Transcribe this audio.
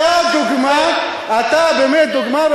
אתה באמת דוגמה,